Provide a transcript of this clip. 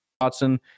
Watson